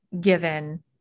given